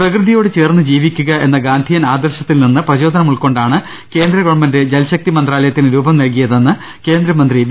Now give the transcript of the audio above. പ്രകൃതിയോട് ചേർന്ന് ജീവിക്കുക എന്ന ഗാന്ധിയൻ ആദർശ ത്തിൽനിന്ന് പ്രചോദനമുൾക്കൊണ്ടാണ് കേന്ദ്ര ഗവൺമെന്റ് ജൽ ശക്തി മന്ത്രാലയത്തിന് രൂപം നൽകിയതെന്ന് കേന്ദ്രമന്ത്രി വി